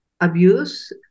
abuse